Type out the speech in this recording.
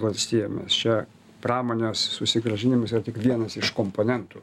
valstijomis čia pramonės susigrąžinimas yra tik vienas iš komponentų